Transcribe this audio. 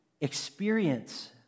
experience